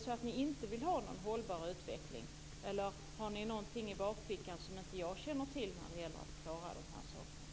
Vill ni inte ha någon hållbar utveckling? Eller har ni någonting i bakfickan som jag inte känner till när det gäller att klara de här sakerna?